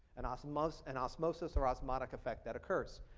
and osmosis and osmosis or osmotic effect that occurs.